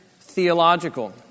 theological